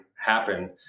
happen